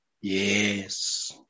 Yes